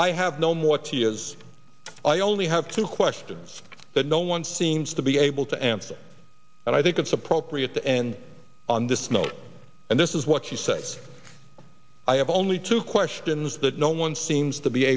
i have no more two years i only have two questions that no one seems to be able to answer and i think it's appropriate to end on this note and this is what she say's i have only two questions that no one seems to be